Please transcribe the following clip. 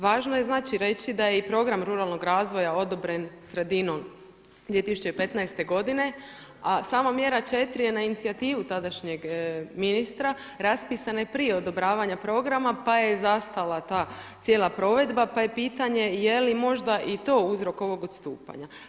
Važno je znači reći da je i program ruralnog razvoja odobren sredinom 2015. godine a sama mjera 4 je na inicijativu tadašnjeg ministra raspisana i prije odobravanja programa pa je zastala ta cijela provedba pa je pitanje je li možda i to uzrok ovog odstupanja.